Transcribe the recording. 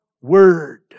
Word